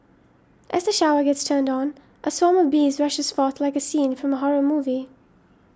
as the shower gets turned on a swarm of bees rushes forth like a scene from a horror movie